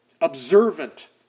observant